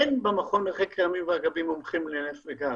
אין בו מומחים לנפט וגז.